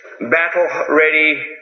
battle-ready